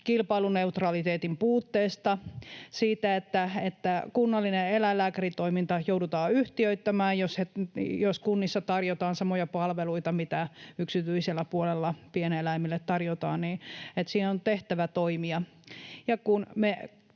kilpailuneutraliteetin puutteesta, että kunnallinen eläinlääkäritoiminta joudutaan yhtiöittämään, jos kunnissa tarjotaan samoja palveluita kuin yksityisellä puolella pieneläimille tarjotaan, vaati, että siinä on tehtävä toimia.